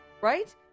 right